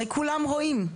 הרי כולם רואים,